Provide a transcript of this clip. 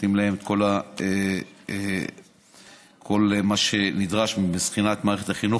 נותנים להם כל מה שנדרש מבחינת מערכת החינוך,